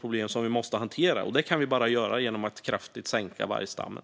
Det går bara att göra genom att kraftigt minska vargstammen.